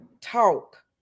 talk